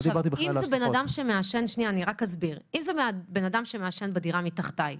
אם זה בן אדם שמעשן בדירה מתחתיי,